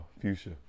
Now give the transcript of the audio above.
fuchsia